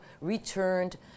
returned